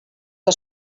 que